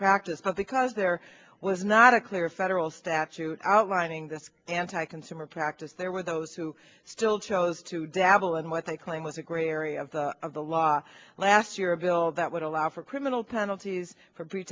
practice but because there was not a clear federal statute outlining this anti consumer practice there were those who still chose to dabble in what they claim was a gray area of the law last year a bill that would allow for criminal penalties for pre